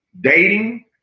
dating